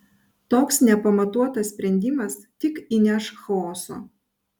toks nepamatuotas sprendimas tik įneš chaoso